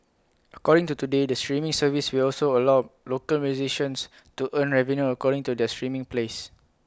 according to today the streaming service will also allow local musicians to earn revenue according to their streaming plays